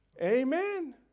Amen